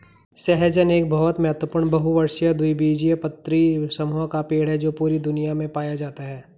सहजन एक बहुत महत्वपूर्ण बहुवर्षीय द्विबीजपत्री समूह का पेड़ है जो पूरी दुनिया में पाया जाता है